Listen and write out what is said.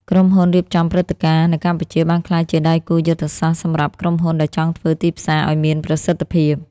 ក្រុមហ៊ុនរៀបចំព្រឹត្តិការណ៍ នៅកម្ពុជាបានក្លាយជាដៃគូយុទ្ធសាស្ត្រសម្រាប់ក្រុមហ៊ុនដែលចង់ធ្វើទីផ្សារឱ្យមានប្រសិទ្ធភាព។